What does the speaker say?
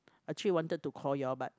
actually wanted to call you all but